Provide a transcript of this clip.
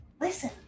Listen